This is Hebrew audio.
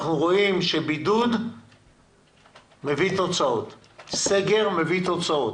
אנחנו רואים שבידוד מביא תוצאות, סגר מביא תוצאות.